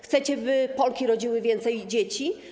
Chcecie, by Polki rodziły więcej dzieci?